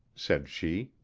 said she.